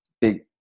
big